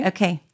Okay